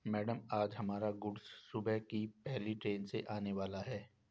madam आज हमारा goods सुबह की पहली ट्रैन से आने वाला है